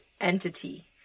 entity